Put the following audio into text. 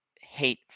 hate